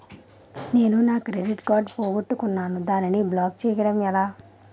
నేను నా credit card పోగొట్టుకున్నాను దానిని బ్లాక్ చేయడం ఎలా?